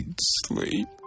sleep